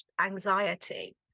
anxiety